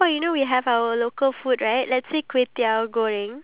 oh I want us to try the satay